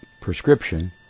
prescription